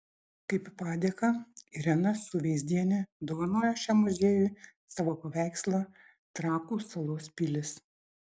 kaip padėką irena suveizdienė dovanojo šiam muziejui savo paveikslą trakų salos pilys